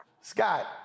Scott